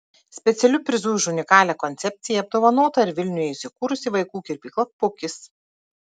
specialiu prizu už unikalią koncepciją apdovanota ir vilniuje įsikūrusi vaikų kirpykla pukis